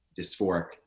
dysphoric